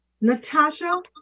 Natasha